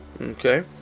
Okay